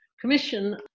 Commission